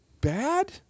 bad